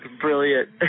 Brilliant